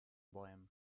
bäumen